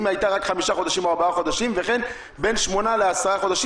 הייתה רק חמישה או ארבעה חודשים וכן בין שמונה לעשרה חודשים?